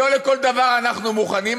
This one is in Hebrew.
לא לכל דבר אנחנו מוכנים,